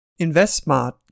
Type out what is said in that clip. InvestSmart